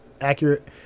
accurate